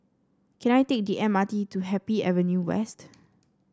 can I take the M R T to Happy Avenue West